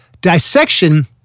Dissection